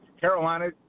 Carolina